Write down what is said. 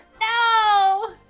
No